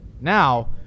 Now